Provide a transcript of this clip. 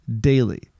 daily